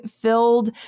filled